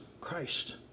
Christ